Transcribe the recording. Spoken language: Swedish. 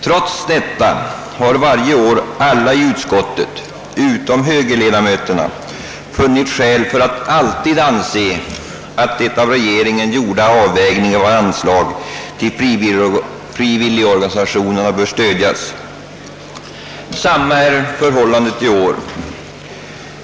Trots detta har varje år alla i utskottet utom högerledamöterna funnit skäl att alltid anse att den av regeringen gjorda avvägningen av anslag till frivilligorganisationerna bör stödjas. Detsamma är förhållandet i år.